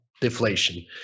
deflation